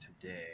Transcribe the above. today